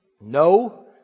No